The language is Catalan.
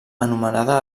anomenada